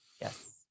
Yes